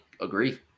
agree